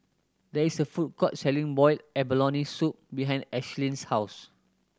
there is a food court selling boiled abalone soup behind Ashlyn's house